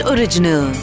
Original